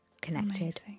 connected